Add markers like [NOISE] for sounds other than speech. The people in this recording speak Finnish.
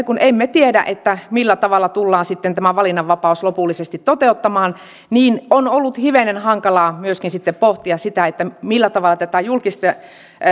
[UNINTELLIGIBLE] kun emme tiedä millä tavalla tullaan sitten tämä valinnanvapaus lopullisesti toteuttamaan on ollut hivenen hankalaa myöskin sitten pohtia sitä millä tavalla